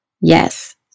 yes